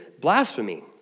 blasphemy